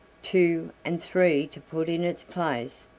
two, and three to put in its place,